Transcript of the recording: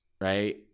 right